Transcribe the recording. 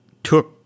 took